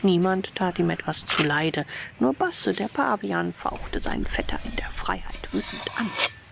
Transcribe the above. niemand tat ihm etwas zuleide nur basse der pavian fauchte seinen vetter in der freiheit wütend an